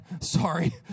sorry